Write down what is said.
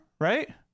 right